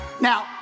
Now